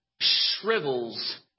shrivels